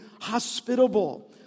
hospitable